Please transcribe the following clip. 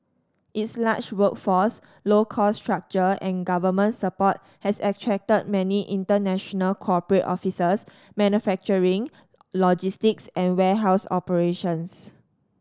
its large workforce low cost structure and government support has attracted many international corporate offices manufacturing logistics and warehouse operations